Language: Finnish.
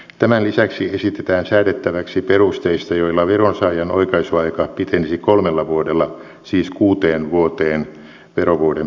tämän lisäksi esitetään säädettäväksi perusteista joilla veronsaajan oikaisuaika pitenisi kolmella vuodella siis kuuteen vuoteen verovuoden päättymisestä